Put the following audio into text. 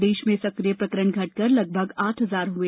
प्रदेश में सक्रिय प्रकरण घटकर लगभग आठ हजार हुए